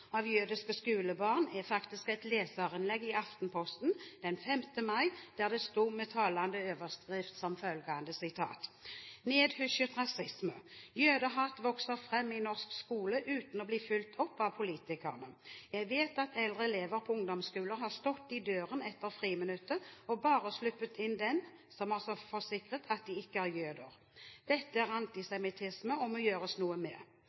av jødiske skolebarn, er faktisk et leserinnlegg i Aftenposten den 5. mai, der det med en talende overskrift sto følgende: «Nedhysjet rasisme… Jødehat vokser frem i norsk skole, uten å bli fulgt opp av politikerne. Jeg vet at eldre elever på ungdomsskoler har stått i døren etter friminuttet og bare sluppet inn dem som forsikrer at de ikke er jøder. Dette er antisemittisme, og må gjøres noe med!